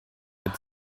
mit